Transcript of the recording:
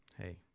Hey